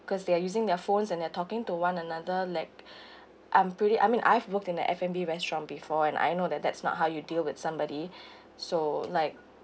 cause they're using their phones and they're talking to one another like I'm pretty I mean I've worked in a f and b restaurant before and I know that that's not how you deal with somebody so like